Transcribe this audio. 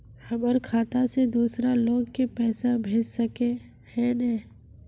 हमर खाता से दूसरा लोग के पैसा भेज सके है ने?